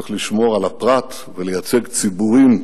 צריך לשמור על הפרט ולייצג ציבורים